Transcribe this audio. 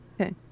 Okay